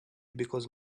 because